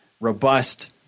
robust